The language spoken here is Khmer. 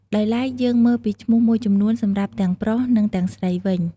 ដោយឡែក យើងមើលពីឈ្មោះមួយចំនួនសម្រាប់ទាំងប្រុស និងទាំងស្រីវិញ។